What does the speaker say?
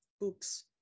books